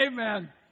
Amen